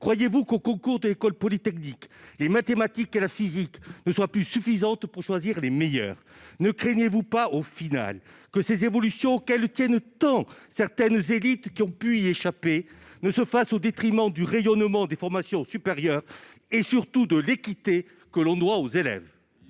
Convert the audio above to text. Croyez-vous qu'au concours de l'École polytechnique les mathématiques et la physique ne soient plus suffisantes pour choisir les meilleurs ? Ne craignez-vous pas, en définitive, que ces évolutions auxquelles tiennent tant certaines élites qui ont pu y échapper se fassent au détriment du rayonnement des formations supérieures et, surtout, de l'équité que l'on doit aux élèves ?